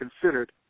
considered